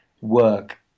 work